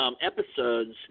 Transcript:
episodes –